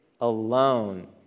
alone